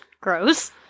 Gross